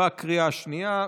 עברה בקריאה השנייה.